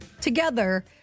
together